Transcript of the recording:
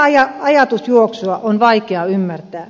tätä ajatusjuoksua on vaikea ymmärtää